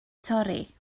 torri